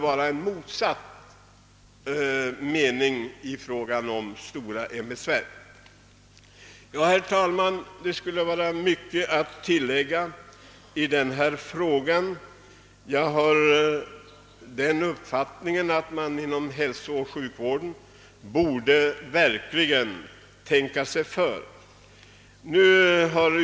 Ja, herr talman, det skulle vara mycket att tillägga i denna fråga. Jag har den uppfattningen att man verkligen borde tänka sig för inom hälsooch sjukvården.